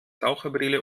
taucherbrille